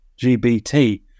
gbt